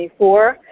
2024